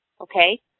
okay